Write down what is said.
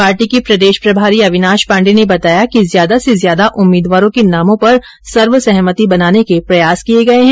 party के प्रदेश प्रभारी अविनाश पांडे ने बताया कि ज्यादा से ज्यादा उम्मीदवारों के नामों पर सर्व सहमति बनाने के प्रयास किए गए है